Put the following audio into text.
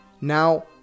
Now